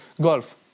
golf